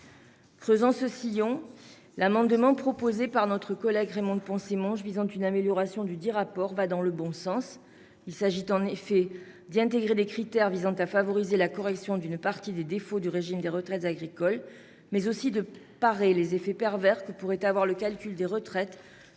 Creusant ce sillon, l'amendement par lequel notre collègue Raymonde Poncet Monge nous propose une amélioration dudit rapport va dans le bon sens. Il s'agit d'y intégrer des critères visant à favoriser la correction d'une partie des défauts du régime des retraites agricoles, mais aussi de parer les effets pervers que pourrait avoir le calcul des retraites